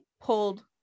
pulled